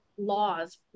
Laws